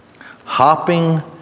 hopping